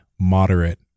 Moderate